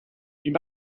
you